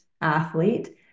athlete